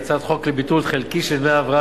היא הצעת חוק לביטול חלקי של דמי הבראה